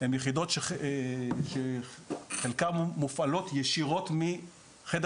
הן יחידות שחלקן מופעלות ישירות מחדר